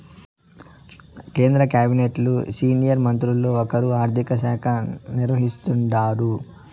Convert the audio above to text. కేంద్ర కాబినెట్లు సీనియర్ మంత్రుల్ల ఒకరు ఆర్థిక శాఖ నిర్వహిస్తాండారు